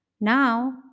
Now